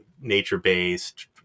nature-based